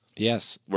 Yes